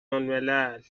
الملل